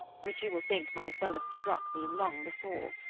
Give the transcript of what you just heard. which you will think might well have struck me long before.